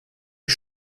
ich